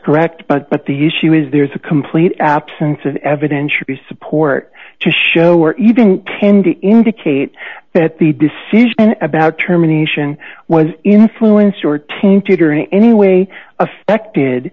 correct but but the issue is there's a complete absence of evidentiary support to show or even tend to indicate that the decision about terminations was influenced or tainted or in any way affected